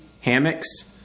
hammocks